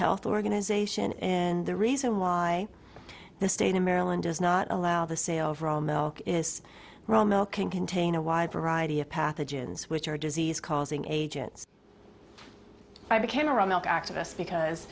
health organization and the reason why the state of maryland does not allow the sale of raw milk is raw milk can contain a wide variety of pathogens which are disease causing agents i became